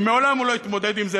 שמעולם הוא לא התמודד עם זה,